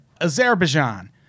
Azerbaijan